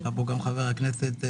נמצא פה גם חבר הכנסת סמוטריץ',